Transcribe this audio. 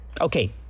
Okay